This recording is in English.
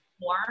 more